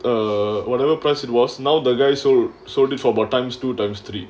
or whatever price it was now the guys are sold it for more times two times three